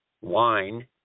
wine